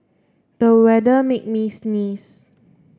the weather made me sneeze